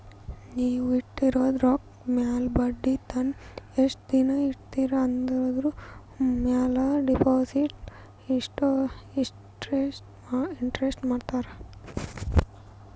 ನೀವ್ ಇಟ್ಟಿದು ರೊಕ್ಕಾ ಮ್ಯಾಲ ಬಡ್ಡಿ ಮತ್ತ ಎಸ್ಟ್ ದಿನಾ ಇಡ್ತಿರಿ ಆಂದುರ್ ಮ್ಯಾಲ ಡೆಪೋಸಿಟ್ ಇಂಟ್ರೆಸ್ಟ್ ಮಾಡ್ತಾರ